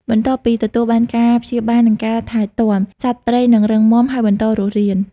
បន្ទាប់ពីទទួលបានការព្យាបាល និងការថែទាំ សត្វព្រៃនឹងរឹងមាំ ហើយបន្តរស់រាន ។